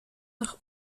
nach